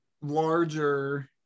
larger